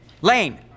Lane